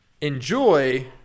enjoy